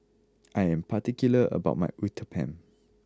I am particular about my Uthapam